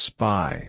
Spy